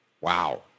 Wow